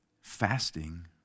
fasting